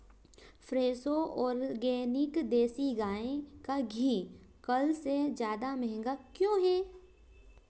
Fresho organic देसी गाय का घी कल से ज़्यादा महँगा क्यों है